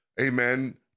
amen